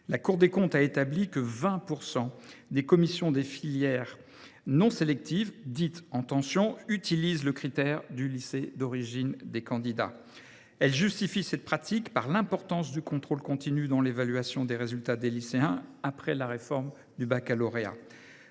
La Cour des comptes a établi que 20 % des commissions des filières non sélectives, dites « en tension », utilisent le critère du lycée d’origine des candidats. Elles justifient cette pratique par l’importance du contrôle continu dans l’évaluation des résultats des lycéens après la réforme du baccalauréat.